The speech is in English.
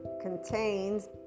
contains